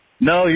No